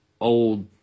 old